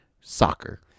soccer